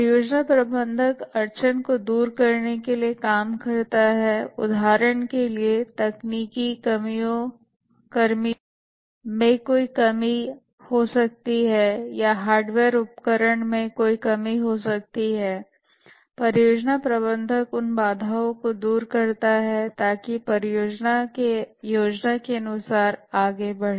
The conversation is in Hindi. परियोजना प्रबंधक अड़चन को दूर करने के लिए काम करता हैउदाहरण के लिए तकनीकी कर्मियों में कोई कमी हो सकती है या हार्डवेयर उपकरण में कोई कमी हो सकती है परियोजना प्रबंधक उन बाधाओं को दूर करता है ताकि परियोजना योजना के अनुसार आगे बढ़े